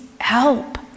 help